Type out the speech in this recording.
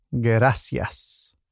gracias